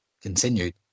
continued